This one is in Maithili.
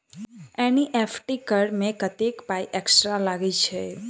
एन.ई.एफ.टी करऽ मे कत्तेक पाई एक्स्ट्रा लागई छई?